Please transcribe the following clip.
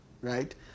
right